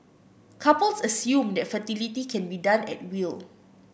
couples assume that fertility can be done at will